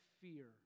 fear